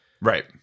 Right